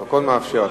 הפרוטוקול מאפשר,